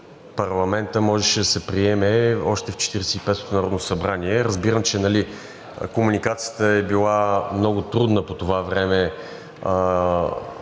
парламента можеше да се приеме още в Четиридесет и петото народно събрание. Разбирам, че комуникацията е била много трудна по това време,